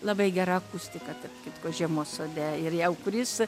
labai gera akustika tarp kitko žiemos sode ir jau kuris